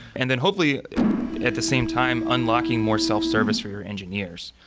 and then hopefully at the same time, unlocking more self-service for your engineers.